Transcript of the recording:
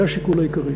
זה השיקול העיקרי.